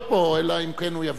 אלא אם כן הוא יביא ממלא-מקום.